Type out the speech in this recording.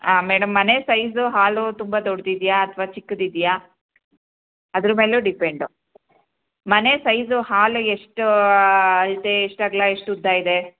ಹಾಂ ಮೇಡಮ್ ಮನೆ size hall ತುಂಬ ದೊಡ್ಡದಿದ್ಯಾ ಅಥವಾ ಚಿಕ್ಕದಿದ್ಯಾ ಅದ್ರ ಮೇಲೂ ಡಿಪೆಂಡು ಮನೆ ಸೈಜು ಹಾಲು ಎಷ್ಟು ಅಳತೆ ಎಷ್ಟು ಅಗಲ ಎಷ್ಟು ಉದ್ದ ಇದೆ